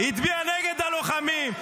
הצביע נגד הלוחמים.